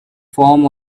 form